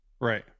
Right